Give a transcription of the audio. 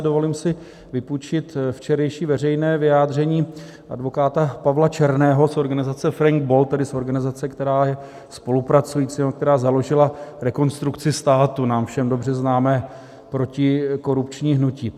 Dovolím si vypůjčit včerejší veřejné vyjádření advokáta Pavla Černého z organizace Frank Bold, tedy z organizace, která je spolupracující nebo která založila Rekonstrukci státu, nám všem dobře známé protikorupční hnutí.